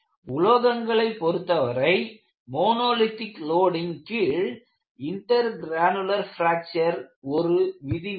உலோகங்களைப் பொருத்தவரை monolithic loading கீழ் intergranular fracture ஒரு விதிவிலக்கே